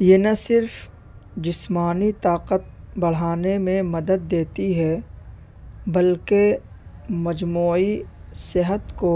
یہ نہ صرف جسمانی طاقت بڑھانے میں مدد دیتی ہے بلکہ مجموعی صحت کو